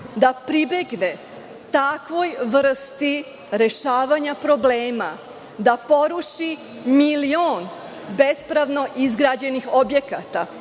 da pribegne takvoj vrsti rešavanja problema, da poruši milion bespravno izgrađenih objekata,